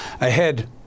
Ahead